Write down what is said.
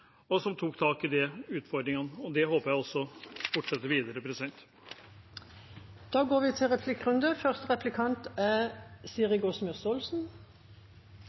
som tok tak i de utfordringene. Det håper jeg fortsetter videre.